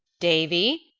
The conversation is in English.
davy,